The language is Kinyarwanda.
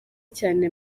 cyane